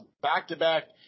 back-to-back